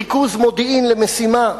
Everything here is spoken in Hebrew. ריכוז מודיעין למשימה,